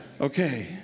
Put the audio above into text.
Okay